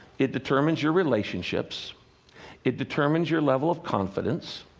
it determines your relationships it determines your level of confidence.